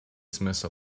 смысл